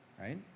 right